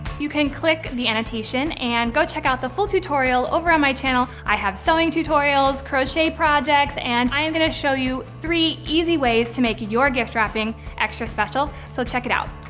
you can click the annotation and go check out the full tutorial over on my channel. i have sewing tutorials, crochet projects, and i am going to show you three easy ways to make your gift wrapping extra special so check it out.